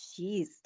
Jeez